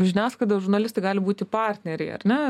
žiniasklaida žurnalistai gali būti partneriai ar ne